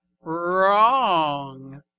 Wrong